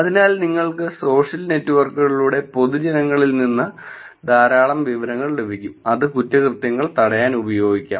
അതിനാൽ നിങ്ങൾക്ക് സോഷ്യൽ നെറ്റ്വർക്കുകളിലൂടെ പൊതുജനങ്ങളിൽ നിന്ന് ധാരാളം വിവരങ്ങൾ ലഭിക്കും അത് കുറ്റകൃത്യങ്ങൾ തടയാൻ ഉപയോഗിക്കാം